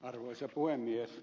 arvoisa puhemies